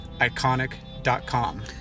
Iconic.com